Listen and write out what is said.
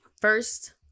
first